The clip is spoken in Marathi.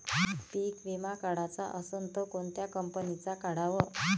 पीक विमा काढाचा असन त कोनत्या कंपनीचा काढाव?